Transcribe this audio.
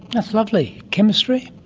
that's lovely. chemistry?